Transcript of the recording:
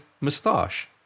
moustache